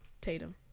Tatum